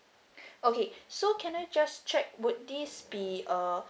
okay so can I just check would this be a